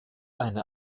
eine